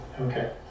Okay